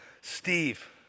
Steve